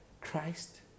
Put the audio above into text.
Christ